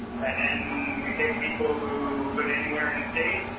and then we take people who put anywhere in the state.